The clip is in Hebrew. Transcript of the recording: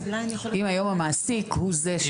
אם היום המעסיק הוא זה שמבקש.